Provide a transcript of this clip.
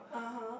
(uh huh)